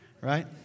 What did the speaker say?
right